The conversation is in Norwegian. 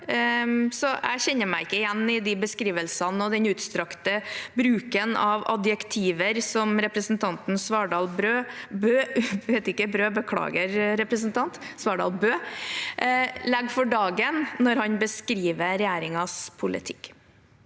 Jeg kjenner meg ikke igjen i de beskrivelsene og den utstrakte bruken av adjektiver som representanten Svardal Bøe legger for dagen når han beskriver regjeringens politikk.